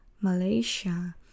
malaysia